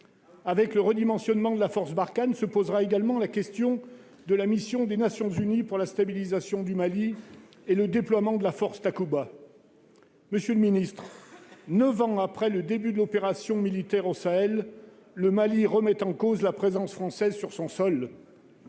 Avec le redimensionnement de la force Barkhane, se posera également la question de la mission des Nations unies pour la stabilisation du Mali et le déploiement de la force Takuba. Neuf ans après le début de l'opération militaire au Sahel, le Mali remet en cause la présence française sur son sol.